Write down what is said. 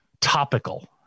topical